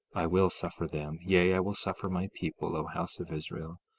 i will suffer them, yea, i will suffer my people, o house of israel,